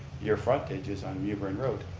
your frontage is on mewburn road.